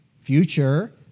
future